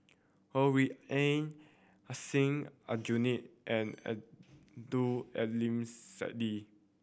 Ho Rui An Hussein Aljunied and Abdul Aleem